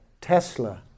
Tesla